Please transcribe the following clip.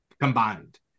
combined